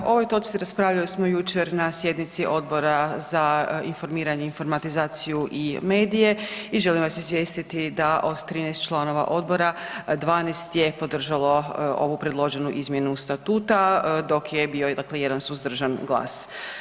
O ovoj točci raspravljali smo jučer na sjednici Odbora za informiranje, informatizaciju i medije i želim vas izvijestiti da od 13 članova odbora, 12 je podržalo ovu predloženu izmjenu statuta, dok je bio, dakle jedan suzdržan glas.